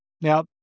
Now